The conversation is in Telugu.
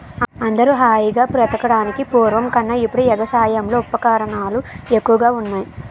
అందరూ హాయిగా బతకడానికి పూర్వం కన్నా ఇప్పుడే ఎగసాయంలో ఉపకరణాలు ఎక్కువగా ఉన్నాయ్